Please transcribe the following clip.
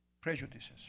prejudices